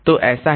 तो ऐसा ही